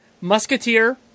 Musketeer